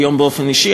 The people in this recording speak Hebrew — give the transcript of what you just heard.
באופן אישי,